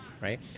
right